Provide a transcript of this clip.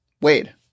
Wade